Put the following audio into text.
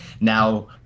now